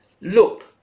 look